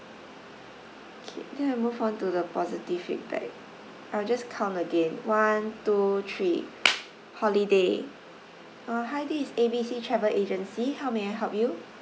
K then I move on to the positive feedback I will just count again one two three holiday uh hi this is A B C travel agency how may I help you